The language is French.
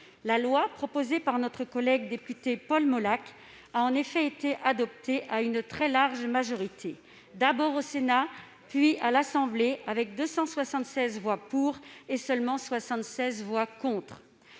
La loi proposée par notre collègue député Paul Molac a en effet été adoptée à une très large majorité, d'abord au Sénat, puis à l'Assemblée nationale, avec 276 voix pour et seulement 76 voix contre.